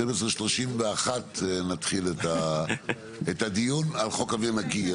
12:31 נתחיל את הדיון על חוק אוויר נקי.